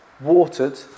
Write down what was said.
watered